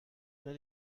oder